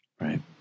Right